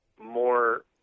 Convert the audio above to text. more